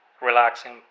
relaxing